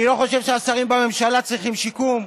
אני לא חושב שהשרים בממשלה צריכים שיקום,